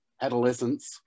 adolescence